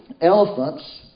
elephants